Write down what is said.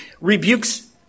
rebukes